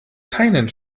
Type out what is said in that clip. keinen